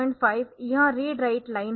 तो P 35 यह read write line है